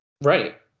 Right